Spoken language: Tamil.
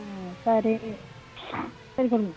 ம் சரி சரி கொடுங்க